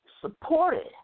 supported